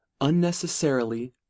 unnecessarily